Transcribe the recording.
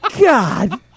god